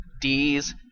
Ds